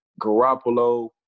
Garoppolo